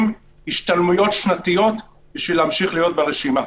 השתלמויות שנתיות בשביל להמשיך להיות ברשימה.